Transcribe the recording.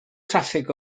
traffig